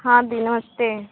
हाँ जी नमस्ते